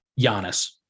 Giannis